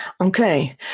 Okay